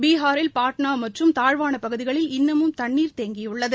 பீகாரில் பாட்னா மற்றும் தாழ்வான பகுதிகளில் இன்னமும் தண்ணீர் தேங்கியுள்ளது